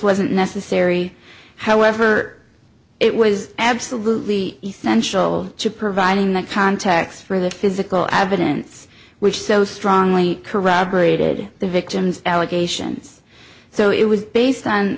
wasn't necessary however it was absolutely essential to providing the context for the physical evidence which so strongly corroborated the victim's allegations so it was based on